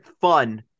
fun